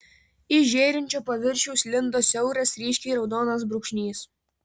iš žėrinčio paviršiaus lindo siauras ryškiai raudonas brūkšnys